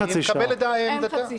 אני מקבל את עמדתה,